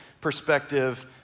perspective